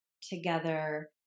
together